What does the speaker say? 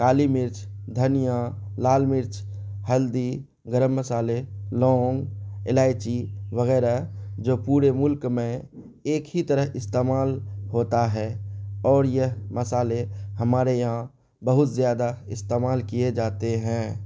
کالی مرچ دھنیا لال مرچ ہلدی گرم مسالے لونگ الائچی وغیرہ جو پورے ملک میں ایک ہی طرح استعمال ہوتا ہے اور یہ مصالے ہمارے یہاں بہت زیادہ استعمال کیے جاتے ہیں